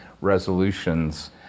resolutions